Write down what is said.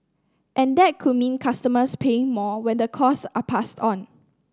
and that could mean customers paying more when the costs are passed on